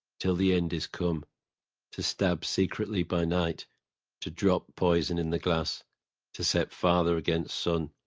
till the end is come to stab secretly by night to drop poison in the glass to set father against son,